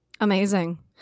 Amazing